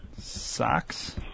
Socks